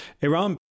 Iran